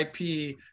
IP